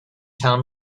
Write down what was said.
tell